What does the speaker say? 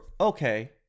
Okay